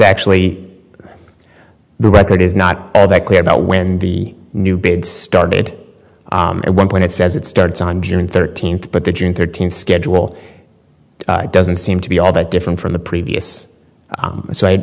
actually the record is not that clear about when the new bid started at one point it says it starts on june thirteenth but the june thirteenth schedule doesn't seem to be all that different from the previous so i